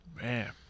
man